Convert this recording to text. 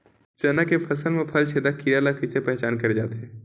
चना के फसल म फल छेदक कीरा ल कइसे पहचान करे जाथे?